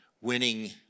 winning